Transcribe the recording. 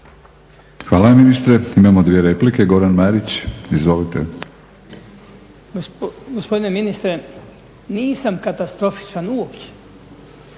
Hvala ministre. Imamo dvije replike. Goran Marić. Izvolite. **Marić, Goran (HDZ)** Gospodine ministre, nisam katastrofičan uopće,